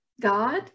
God